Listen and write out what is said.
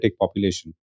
population